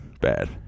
bad